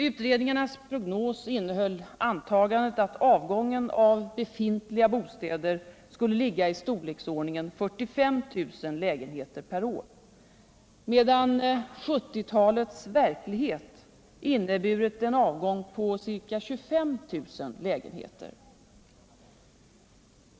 Utredningarnas prognos innehöll antagandet att avgången av befintliga bostäder skulle ligga i storleksordningen 45 000 lägenheter per år, medan 1970-talets verklighet inneburit en avgång på ca 25 000 lägenheter.